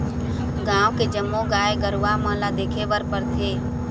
गाँव के जम्मो गाय गरूवा मन ल देखे बर परथे